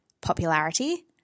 popularity